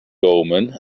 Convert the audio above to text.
omen